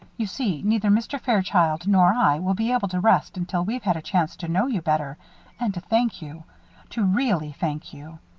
you see, neither mr. fairchild nor i will be able to rest until we've had a chance to know you better and to thank you to really thank you.